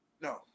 no